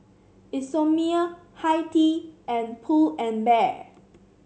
Isomil Hi Tea and Pull and Bear